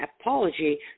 apology